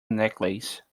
necklace